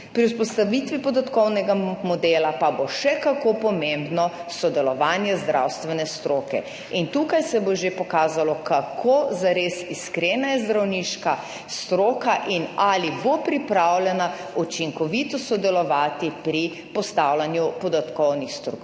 Pri vzpostavitvi podatkovnega modela pa bo še kako pomembno sodelovanje zdravstvene stroke in že tu se bo pokazalo, kako zares iskrena je zdravniška stroka in ali bo pripravljena učinkovito sodelovati pri postavljanju podatkovnih struktur